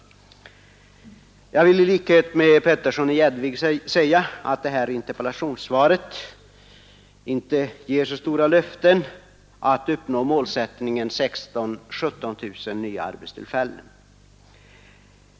Jag vill i likhet med herr Petersson i Gäddvik säga att interpellationssvaret inte ger så stora löften om att uppnå målsättningen 16 000-17 000 nya arbetstillfällen.